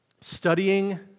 studying